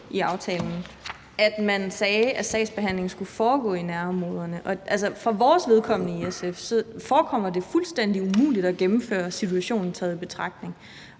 i aftalen, at man sagde, at sagsbehandlingen skulle foregå i nærområderne. For SF's vedkommende forekommer det, situationen taget i betragtning,